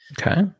Okay